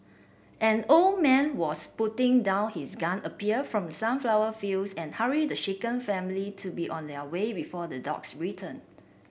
an old man was putting down his gun appeared from sunflower fields and hurried the shaken family to be on their way before the dogs return